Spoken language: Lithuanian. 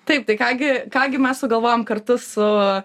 taip tai ką gi ką gi mes sugalvojom kartu su